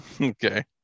Okay